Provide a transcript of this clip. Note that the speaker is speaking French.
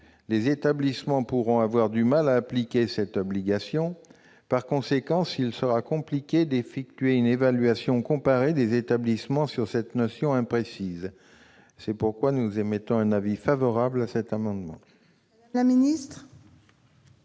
Les établissements pourront avoir du mal à appliquer cette obligation. Par conséquent, il sera compliqué d'effectuer une évaluation comparée des établissements sur cette notion imprécise. La commission a donc émis un avis favorable sur cet amendement. Quel est